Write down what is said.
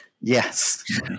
Yes